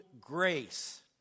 grace